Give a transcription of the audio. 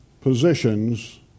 positions